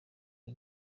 iyi